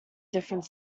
different